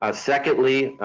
ah secondly,